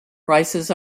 prices